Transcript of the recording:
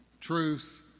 truth